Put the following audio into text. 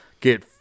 get